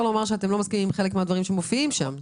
להגיד שאתם לא מסכימים עם חלק מהדברים שמופיעים שם,